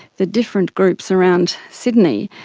the different groups around sydney,